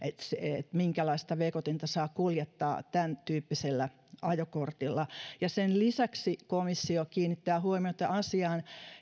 että minkälaista vekotinta saa kuljettaa tämän tyyppisellä ajokortilla sen lisäksi komissio kiinnittää huomiota asiaan